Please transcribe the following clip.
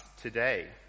today